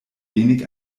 wenig